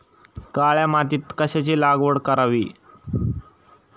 काळ्या मातीत कशाची लागवड करावी?